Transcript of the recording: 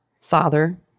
father